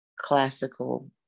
classical